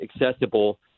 accessible